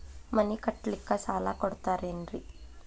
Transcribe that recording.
ಮನಿ ಕಟ್ಲಿಕ್ಕ ಸಾಲ ಕೊಡ್ತಾರೇನ್ರಿ?